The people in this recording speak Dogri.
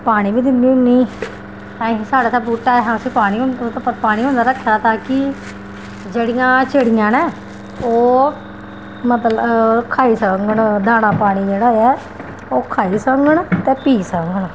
पानी बी दिन्नी होन्नी अजें साढ़ै ते बूह्टा ऐ असें उसी पानी होंदा ओह्दे उप्पर पानी होंदा रक्खे दा ताकि जेह्ड़ियां चिड़ियां न ओह् मतलब खाई सकदियां सकङन दाना पानी जेह्ड़ा ऐ ओह् खाई सकङन ते पी सकङन